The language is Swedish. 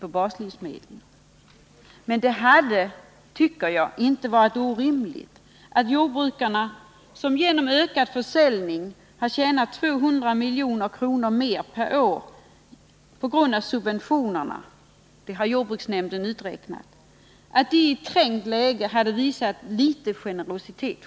Men jag tycker inte att det hade varit orimligt om jordbrukarna — som enligt vad jordbruksnämnden räknat ut genom ökad försäljning tjänat 200 milj.kr. mer per år på grund av subventionerna — i ett trängt läge själva hade visat litet generositet.